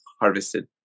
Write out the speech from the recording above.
harvested